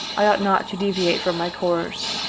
i ought not to deviate from my course.